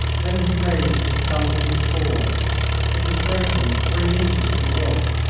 then he raised the stump of his sword it was broken three inches from the hilt.